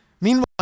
Meanwhile